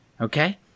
Okay